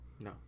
No